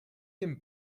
him